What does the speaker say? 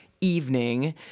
evening